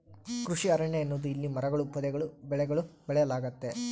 ಕೃಷಿ ಅರಣ್ಯ ಎನ್ನುವುದು ಇಲ್ಲಿ ಮರಗಳೂ ಪೊದೆಗಳೂ ಬೆಳೆಗಳೂ ಬೆಳೆಯಲಾಗ್ತತೆ